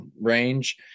range